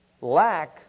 Lack